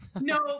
No